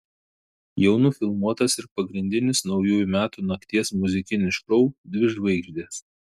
jau nufilmuotas ir pagrindinis naujųjų metų nakties muzikinis šou dvi žvaigždės